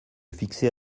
fixer